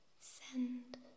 send